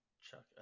Chuck